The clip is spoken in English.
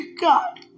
God